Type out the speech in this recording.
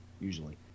usually